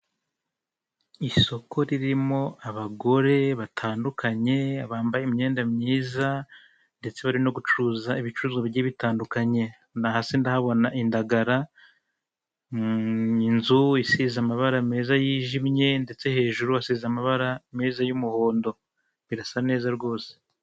Icyapa kiriho amafoto atatu magufi y'abagabo babiri uwitwa KABUGA n 'uwitwa BIZIMANA bashakishwa kubera icyaha cya jenoside yakorewe abatutsi mu Rwanda.